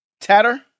tatter